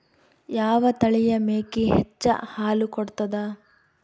ಯಾವ ತಳಿಯ ಮೇಕಿ ಹೆಚ್ಚ ಹಾಲು ಕೊಡತದ?